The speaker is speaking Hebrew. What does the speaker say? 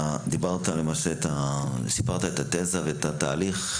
סיפרת את התזה ואת התהליך,